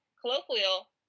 colloquial